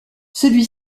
celui